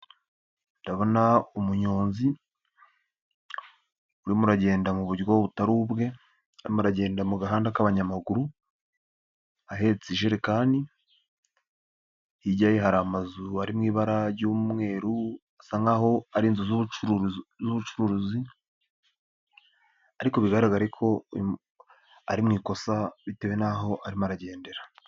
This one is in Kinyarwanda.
Ndabona umunyonzi uririmo uragenda mu buryo butari ubwe arimo aragenda mu gahanda k'abanyamaguru ahetse ijerekani, hirya ye hari amazu ari mu ibara ry'umweru asa nk'aho ari inzu z'ubucuruzi ariko bigaragare ko uyu ari mu ikosa bitewe n'aho arimo aragendera.